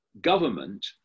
government